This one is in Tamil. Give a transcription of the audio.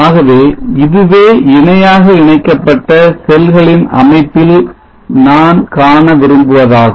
ஆகவே இதுவே இணையாக இணைக்கப்பட்ட செல்களின் அமைப்பில் நான் காண விரும்புவதாகும்